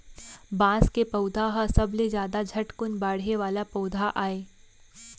बांस के पउधा ह सबले जादा झटकुन बाड़हे वाला पउधा आय